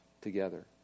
together